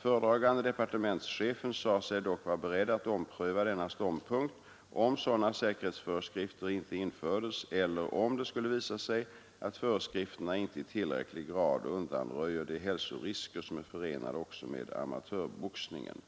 Föredragande departementschefen sade sig dock vara beredd att ompröva denna ståndpunkt, om sådana säkerhetsföreskrifter inte infördes eller om det skulle visa sig att föreskrifterna inte i tillräcklig grad undanröjer de hälsorisker som är förenade också med amatörboxningen.